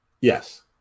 Yes